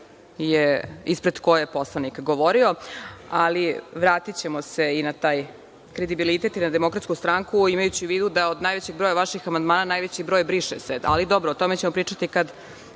grupu ispred koje je poslanik govorio, ali vratićemo se i na taj kredibilitet i na DS, imajući u vidu da od najvećeg broja vaših amandmana najveći broj je briše se. Ali, dobro, o tome ćemo pričati kada